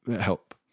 help